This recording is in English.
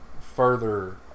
further